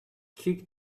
kick